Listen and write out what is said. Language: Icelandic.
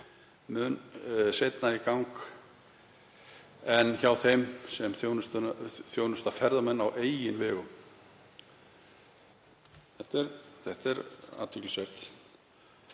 mun seinna í gang en hjá þeim sem þjónusta ferðamenn á eigin vegum.“ — Þetta er athyglisvert.